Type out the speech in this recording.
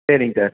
சரிங் சார்